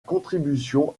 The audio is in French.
contribution